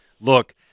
look